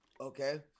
Okay